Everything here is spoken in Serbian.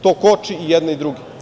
To koči i jedne i druge.